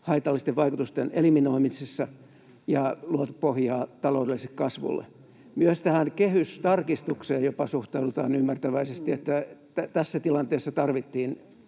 haitallisten vaikutusten eliminoimisessa ja luotu pohjaa taloudelliselle kasvulle. Jopa myös tähän kehystarkistukseen suhtaudutaan ymmärtäväisesti, että tässä tilanteessa tarvittiin